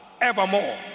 evermore